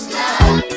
love